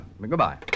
Goodbye